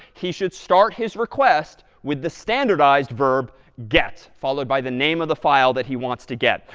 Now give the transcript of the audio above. he should start his request with the standardized verb get followed by the name of the file that he wants to get.